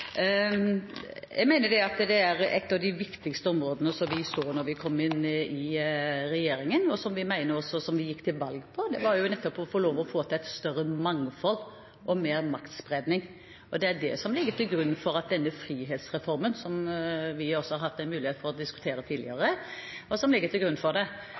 jeg benytte muligheten til å ønske representanten Solhjell god jul tilbake. Da vi kom i regjering, var noe av det viktigste vi så – og som vi gikk til valg på – at vi måtte få til et større mangfold og mer maktspredning. Det er det som ligger til grunn for denne frihetsreformen, som vi også tidligere har hatt muligheten til å diskutere. Frihetsreformen kan materialisere seg på tre forskjellige områder, som vi mener vil bidra til mer maktspredning. Det